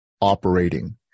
operating